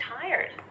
tired